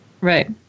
Right